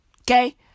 Okay